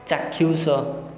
ଚାକ୍ଷୁଷ